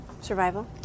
Survival